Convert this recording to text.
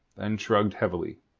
then shrugging heavily,